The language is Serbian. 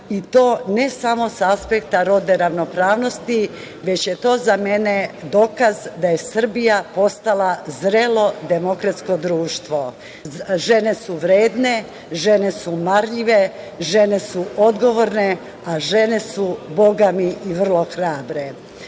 i to ne samo sa aspekta rodne ravnopravnosti, već je to za mene dokaz da je Srbija postala zrelo demokratsko društvo. Žene su vredne, žene su marljive, žene su odgovorne, a žene su, Boga mi, vrlo hrabre. Ono